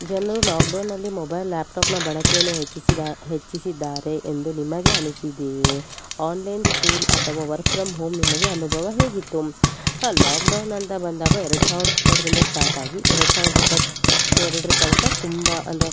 ಜನರು ಲಾಕ್ಡೌನ್ನಲ್ಲಿ ಮೊಬೈಲ್ ಲ್ಯಾಪ್ಟಾಪ್ನ ಬಳಕೆಯನ್ನು ಹೆಚ್ಚಿಸಿದಾ ಹೆಚ್ಚಿಸಿದ್ದಾರೆ ಎಂದು ನಿಮಗೆ ಅನಿಸಿದೆಯೇ ಆನ್ಲೈನ್ ಸ್ಕೂಲ್ ಅಥವ ವರ್ಕ್ ಫ್ರಮ್ ಹೋಮ್ ನಿಮಗೆ ಅನುಭವ ಹೇಗಿತ್ತು ಹಾಂ ಲಾಕ್ಡೌನ್ ಅಂತ ಬಂದಾಗ ಎರಡು ಸಾವಿರದ ಇಪ್ಪತ್ತರಿಂದ ಸ್ಟಾರ್ಟ್ ಆಗಿ ಎರಡು ಸಾವಿರದ ಇಪ್ಪತ್ತೆರಡರ ತನಕ ತುಂಬ ಅಂದರೆ